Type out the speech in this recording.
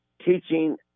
Teaching